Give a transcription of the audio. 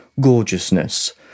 gorgeousness